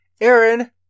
Aaron